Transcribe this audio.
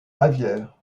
bavière